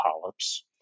polyps